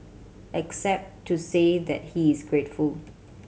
except to say that he is grateful